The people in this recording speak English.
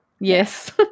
Yes